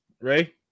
Ray